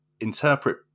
interpret